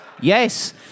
Yes